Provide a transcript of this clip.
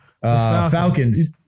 Falcons